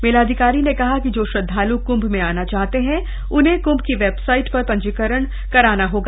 मेलाधिकारी ने कहा कि जो श्रद्धालु कृंभ में आना चाहते हैं उन्हें क्म्भ की वेबसाइट पर पंजीकरण कराना होगा